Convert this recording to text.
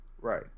Right